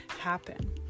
happen